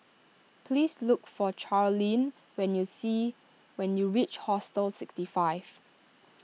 please look for Charleen when you see when you reach Hostel sixty five